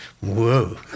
whoa